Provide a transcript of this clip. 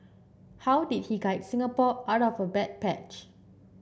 how did he guide Singapore out of the bad patch